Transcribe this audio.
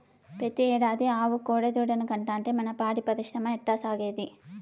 పెతీ ఏడాది ఆవు కోడెదూడనే కంటాంటే మన పాడి పరిశ్రమ ఎట్టాసాగేది